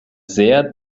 sehr